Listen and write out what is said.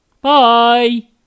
Bye